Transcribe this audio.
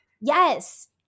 yes